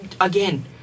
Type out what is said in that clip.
again